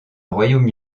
royaume